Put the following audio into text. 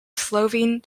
slovene